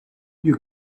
you